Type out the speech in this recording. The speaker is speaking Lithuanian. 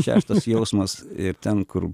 šeštas jausmas ir ten kur